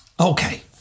Okay